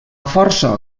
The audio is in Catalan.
força